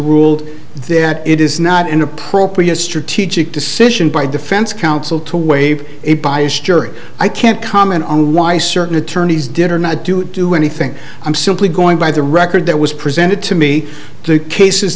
ruled that it is not an appropriate strategic decision by defense counsel to waive a biased jury i can't comment on why certain attorneys did or not to do anything i'm simply going by the record that was presented to me two cases